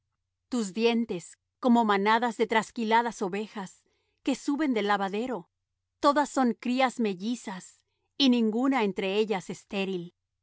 tus dientes como manadas de trasquiladas ovejas que suben del lavadero todas con crías mellizas y ninguna entre ellas estéril